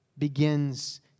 begins